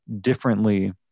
differently